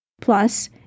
Plus